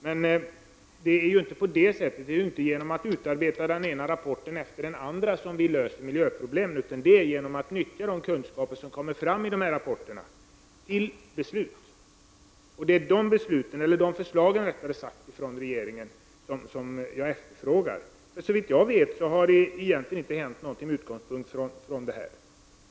Men det är inte genom att utarbeta den ena rapporten efter den andra som vi löser miljöproblemen, utan det är genom att i beslut nyttja de kunskaper som kommer fram i rapporterna. Det är sådana förslag från regeringen som jag efterfrågar. Såvitt jag vet har det egentligen inte hänt någonting med utgångspunkt i detta.